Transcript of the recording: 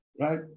right